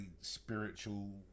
spiritual